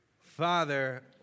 Father